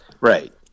Right